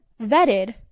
vetted